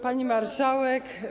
Pani Marszałek!